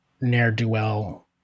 ne'er-do-well